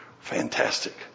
fantastic